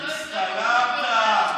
הלכנו לשם, הצטלמת, ג'וב טוב.